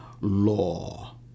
law